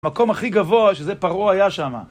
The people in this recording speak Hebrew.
מקום הכי גבוה שזה פרעה היה שמה.